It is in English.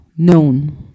known